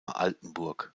altenburg